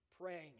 praying